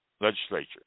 legislature